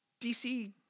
DC